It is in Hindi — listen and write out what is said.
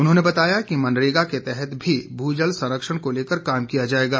उन्होंने बताया कि मनरेगा के तहत भी भूजल संरक्षण को लेकर काम किया जाएगा